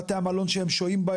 מהם בתי המלון שהם שוהים?